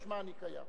משמע אני קיים.